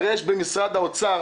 הרי במשרד האוצר